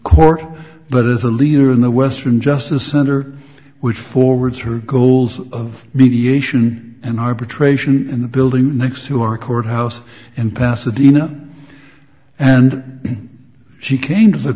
court but as a leader in the western justice center which forwards her goals of mediation and arbitration in the building next to our courthouse in pasadena and she came to the